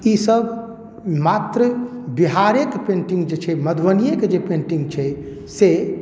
ई सब मात्र बिहारेके पेंटिंग जे छै मधुबनियेके जे पेंटिंग छै से